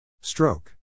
Stroke